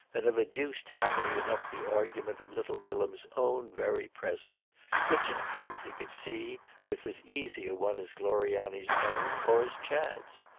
and have adduced happily enough the argument of little bilham's own very presence which, in truth, he could see, was as easy a one as gloriani's own or as chad's.